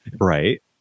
Right